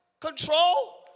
Control